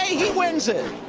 he wins it!